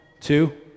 two